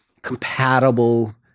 compatible